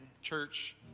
church